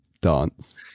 dance